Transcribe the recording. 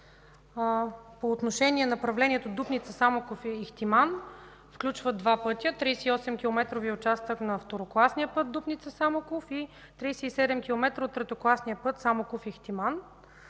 По отношение направлението Дупница – Самоков – Ихтиман включва два пътя: 38 км участък на второкласния път Дупница – Самоков и 37 км от третокласния път Самоков - Ихтиман.